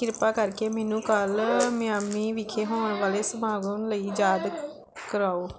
ਕਿਰਪਾ ਕਰਕੇ ਮੈਨੂੰ ਕੱਲ੍ਹ ਮਿਆਮੀ ਵਿਖੇ ਹੋਣ ਵਾਲੇ ਸਮਾਗਮ ਲਈ ਯਾਦ ਕਰਾਓ